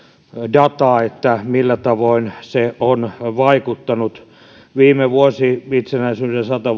dataa millä tavoin se on vaikuttanut viime vuosi itsenäisyyden sata